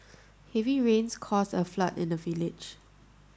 heavy rains caused a flood in the village